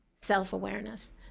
self-awareness